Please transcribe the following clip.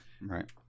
right